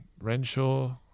Renshaw